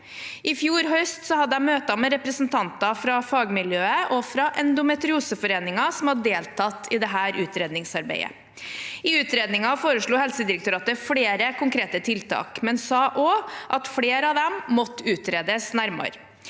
I fjor høst hadde jeg møter med representanter fra fagmiljøet og fra Endometrioseforeningen som hadde deltatt i dette utredningsarbeidet. I utredningen foreslo Helsedirektoratet flere konkrete tiltak, men sa også at flere av dem måtte utredes nærmere.